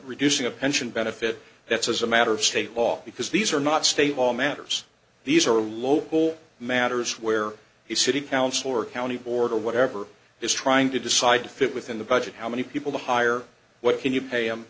reducing a pension benefit that's as a matter of state law because these are not state law matters these are local matters where the city council or county board or whatever is trying to decide fit within the budget how many people to hire what can you pay em